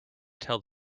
tell